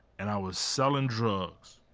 and i was selling drugs.